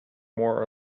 more